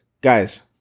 Guys